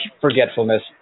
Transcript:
forgetfulness